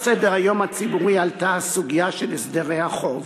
על סדר-היום הציבורי עלתה הסוגיה של הסדרי החוב